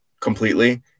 completely